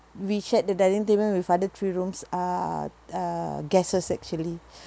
we shared the dining table with other three rooms uh uh guests actually